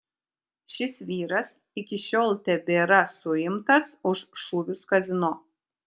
šis vyras iki šiol tebėra suimtas už šūvius kazino